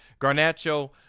Garnacho